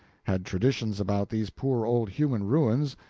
had traditions about these poor old human ruins,